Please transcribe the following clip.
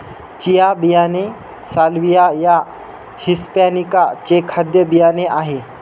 chia बियाणे salvia या hispanica चे खाद्य बियाणे आहे